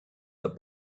the